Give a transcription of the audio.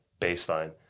baseline